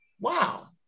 Wow